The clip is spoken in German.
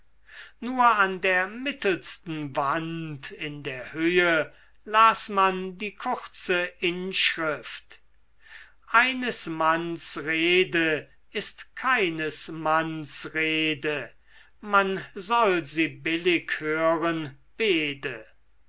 nur an der mittelsten wand in der höhe las man die kurze inschrift eines manns rede ist keines manns rede man soll sie billig hören beede